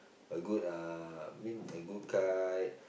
a good uh I mean a good kite